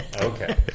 Okay